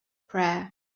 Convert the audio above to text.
prayer